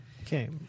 Okay